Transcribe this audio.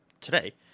today